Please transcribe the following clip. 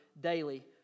daily